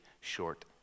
short